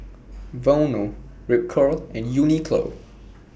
Vono Ripcurl and Uniqlo